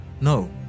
no